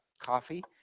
coffee